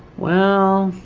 well,